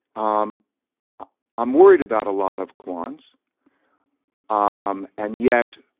um i'm worried about a lot of quants um and yet,